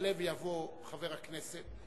יעלה ויבוא חבר הכנסת,